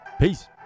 Peace